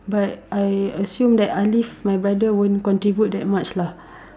but I assume that Alif my brother won't contribute that much lah